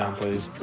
um please.